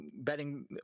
betting